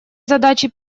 задачи